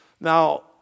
Now